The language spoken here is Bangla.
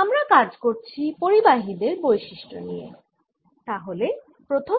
আমরা কাজ করছি পরিবাহী দের বৈশিষ্ট্য নিয়ে তাহলে প্রথম